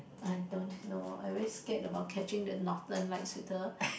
I don't know I very scared about catching the northern lights with her